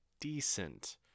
decent